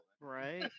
Right